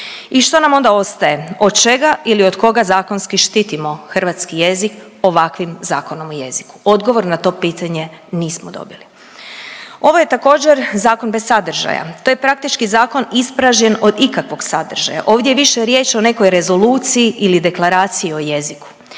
I što nam onda ostaje, od čega ili od koga zakonski štitimo hrvatski jezik ovakvim zakonom o jeziku? Odgovor na to pitanje nismo dobili. Ovo je također zakon bez sadržaja, to je praktički zakon ispražnjen od ikakvog sadržaja. Ovdje je više riječ o nekoj rezoluciji ili deklaraciji o jeziku